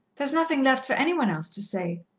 there's nothing left for any one else to say.